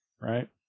right